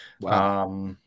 Wow